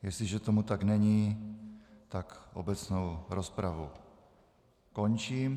Jestliže tomu tak není, obecnou rozpravu končím.